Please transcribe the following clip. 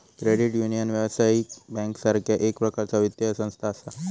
credit union, व्यावसायिक बँकेसारखा एक प्रकारचा वित्तीय संस्था असा